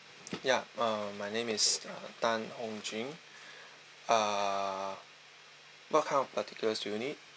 ya uh my name is tan hong jing uh what kind of particulars do you need